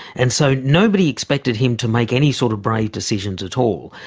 and so nobody expected him to make any sort of brave decisions at all.